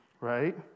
right